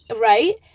right